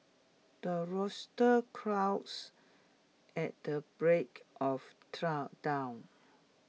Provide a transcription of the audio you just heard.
the rooster crows at the break of dawn